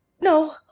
No